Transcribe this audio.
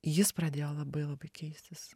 jis pradėjo labai labai keistis